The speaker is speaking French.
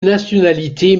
nationalité